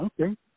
Okay